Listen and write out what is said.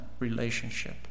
Relationship